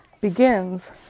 begins